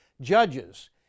judges